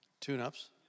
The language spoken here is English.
Tune-ups